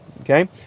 Okay